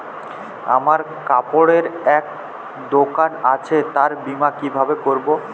আমার কাপড়ের এক দোকান আছে তার বীমা কিভাবে করবো?